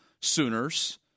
Sooners